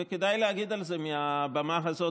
וכדאי להגיד את זה מעל הבמה הזאת.